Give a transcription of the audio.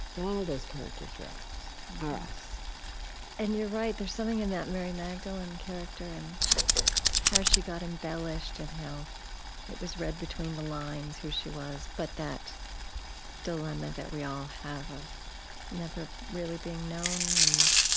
all of those characters were us are us and you're right. there's something in that mary magdalene character and how she got embellished, and how it was read between the lines who she was, but that dilemma that we all have of never really being known and